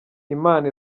imana